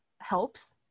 helps